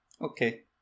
Okay